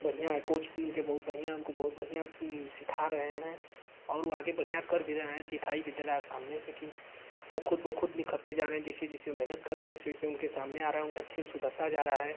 बढ़िया है कोच उनके बहुत बढ़िया हैं उनको बहुत बढ़िया सिखा रहे हैं और वो आगे बढ़िया कर भी रहे हैं दिखाई भी दे रहा है सामने से कि ओ ख़ुद ब ख़ुद निखरते जा रहें जैसे जैसे वो मेहनत कर रहे हैं वैसे वैसे उनके सामने आ रहा है उनका खेल सुधरता जा रहा है